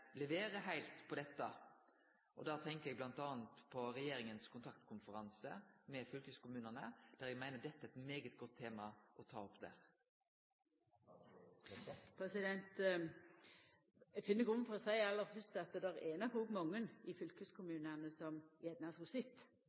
leverer heilt på dette? Da tenkjer eg bl.a. på regjeringa sin kontaktkonferanse med fylkeskommunane, der eg meiner dette er eit veldig godt tema å ta opp. Eg finn aller fyrst grunn til å seia at det er nok òg mange i fylkeskommunane som